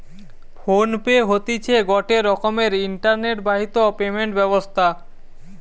phone pay হতিছে গটে রকমের ইন্টারনেট বাহিত পেমেন্ট ব্যবস্থা